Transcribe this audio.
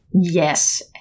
Yes